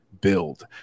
build